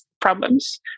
problems